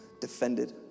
defended